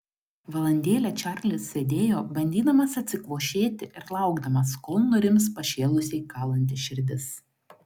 valandėlę čarlis sėdėjo bandydamas atsikvošėti ir laukdamas kol nurims pašėlusiai kalanti širdis